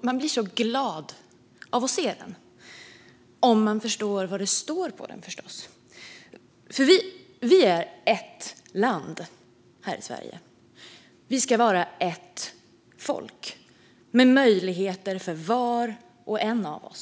Man blir så glad av att se skylten - om man förstår vad det står på den, förstås. Vi är ett land, här i Sverige. Vi ska vara ett folk, med möjligheter för var och en av oss.